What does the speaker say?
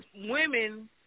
women